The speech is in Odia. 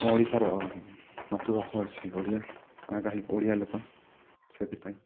ଆମ ଓଡ଼ିଶାର ମାତୃଭାଷା ହେଉଛି ଓଡ଼ିଆ ଆମେ କାହିଁକି ଓଡ଼ିଆ ଲୋକ ସେଥିପାଇଁ